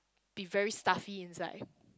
be very stuffy inside